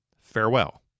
Farewell